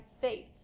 faith